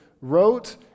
wrote